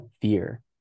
fear